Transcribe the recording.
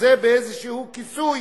וזה באיזה כיסוי